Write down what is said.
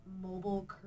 mobile